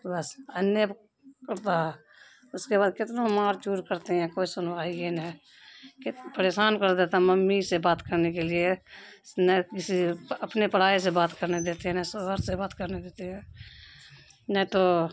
بس انے کرتا ہے اس کے بعد کتنا مار چور کرتے ہیں کوئی سنوائیے نہیں کتنا پریشان کر دیتا ہے ممی سے بات کرنے کے لیے نے کسی اپنے پڑائے سے بات کرنے دیتے ہیں نہ شوہر سے بات کرنے دیتے ہیں نا تو